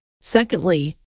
Secondly